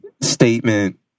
statement